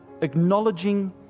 acknowledging